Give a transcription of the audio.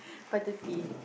five thirty